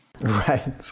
Right